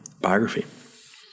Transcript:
biography